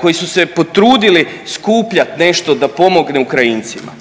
koji su se potrudili skupljat nešto da pomognu Ukrajincima.